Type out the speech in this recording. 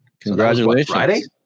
Congratulations